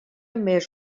més